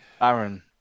Aaron